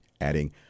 adding